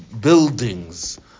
buildings